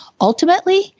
ultimately